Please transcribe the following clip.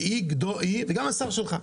היא, וגם השר שלך.